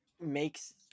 makes